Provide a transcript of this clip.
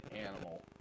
animal